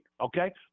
Okay